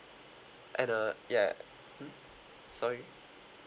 and uh ya mm sorry